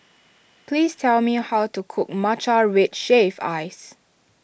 please tell me how to cook Matcha Red Shaved Ice